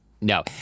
no